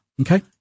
Okay